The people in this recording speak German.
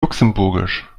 luxemburgisch